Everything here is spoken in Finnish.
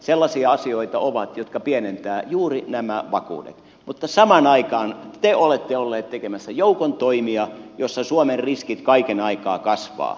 sellaisia asioita jotka pienentävät ovat juuri nämä vakuudet mutta samaan aikaan te olette olleet tekemässä joukon toimia joissa suomen riskit kaiken aikaa kasvavat